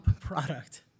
product